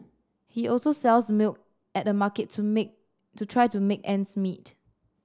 he also sells milk at the market to make to try to make ends meet